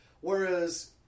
whereas